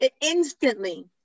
Instantly